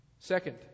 Second